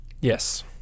Yes